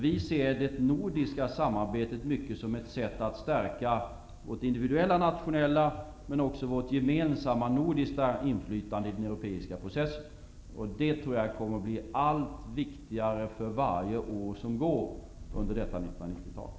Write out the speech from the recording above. Vi ser det nordiska samarbetet mycket som ett sätt att stärka vårt individuella nationella men också vårt gemensamma nordiska inflytande i den europeiska processen. Det tror jag kommer att bli allt viktigare för varje år som går under 1990-talet.